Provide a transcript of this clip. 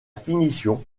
finition